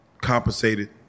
compensated